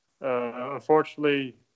Unfortunately